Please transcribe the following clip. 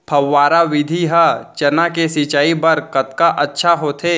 फव्वारा विधि ह चना के सिंचाई बर कतका अच्छा होथे?